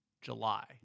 July